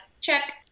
check